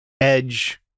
edge